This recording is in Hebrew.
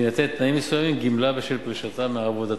בהינתן תנאים מסוימים, גמלה בשל פרישתה מעבודתה.